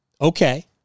Okay